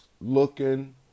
looking